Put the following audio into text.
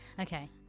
okay